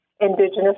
Indigenous